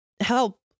help